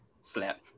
Slap